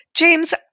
James